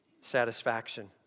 Satisfaction